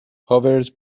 powers